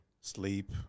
sleep